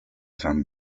san